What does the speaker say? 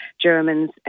Germans